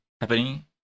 happening